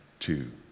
two,